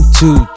two